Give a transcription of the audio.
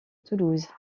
toulouse